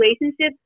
relationships